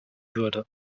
würde